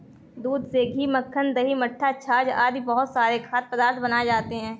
दूध से घी, मक्खन, दही, मट्ठा, छाछ आदि बहुत सारे खाद्य पदार्थ बनाए जाते हैं